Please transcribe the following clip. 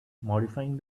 modifying